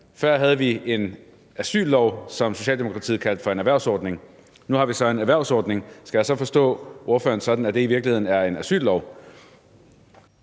Før havde vi en asyllov, som Socialdemokratiet kaldte en erhvervsordning, og nu har vi så en erhvervsordning, og skal jeg så forstå ordføreren sådan, at det i virkeligheden er en asyllov?